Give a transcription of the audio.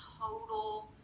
total